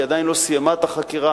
היא עדיין לא סיימה את החקירה,